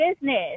business